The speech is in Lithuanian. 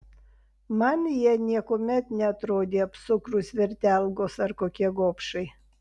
man jie niekuomet neatrodė apsukrūs vertelgos ar kokie gobšai